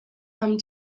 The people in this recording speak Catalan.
amb